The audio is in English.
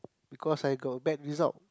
because I got a bad result